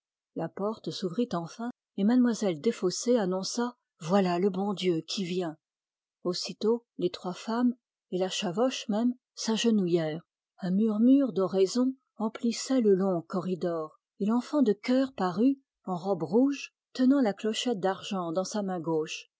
la porte s'ouvrit enfin et mlle desfossés annonça voilà le bon dieu qui vient aussitôt les trois femmes et la chavoche même s'agenouillèrent un murmure d'oraisons emplissait le long corridor et l'enfant de chœur parut en robe rouge tenant la clochette d'argent dans sa main gauche